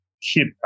keep